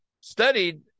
studied